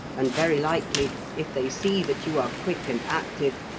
and very likely, if they see that you are quick and active,